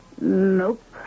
Nope